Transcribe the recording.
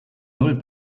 null